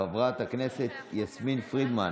חברת הכנסת יסמין פרידמן,